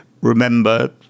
remember